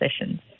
sessions